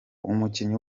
umukinnyi